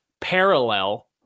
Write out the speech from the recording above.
parallel